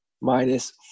minus